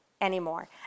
anymore